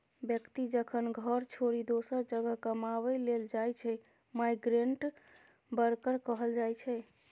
बेकती जखन घर छोरि दोसर जगह कमाबै लेल जाइ छै माइग्रेंट बर्कर कहल जाइ छै